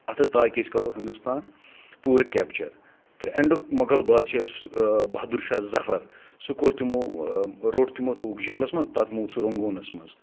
اَتھٕ تاکہِ أسۍ کَرو ہِندُستان پوٗرٕ کٮ۪پچَر تہٕ اٮ۪نڈُک مۄغل بادشاہَس بہادُر شاہ زفر سُہ کوٚر تِمو روٚٹ تِمو تھوٚوُکھ جیلَس منٛز پَتہٕ موٗد سُہ رنٛگوٗنَس منٛز